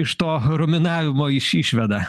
iš to ruminavimo iš išveda